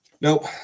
Nope